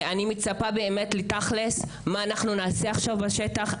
אני מצפה לשמוע תכל'ס מה עושים עכשיו בשטח.